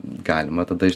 galima tada iš